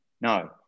No